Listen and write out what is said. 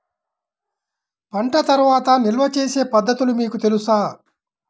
పంట తర్వాత నిల్వ చేసే పద్ధతులు మీకు తెలుసా?